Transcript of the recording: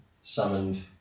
summoned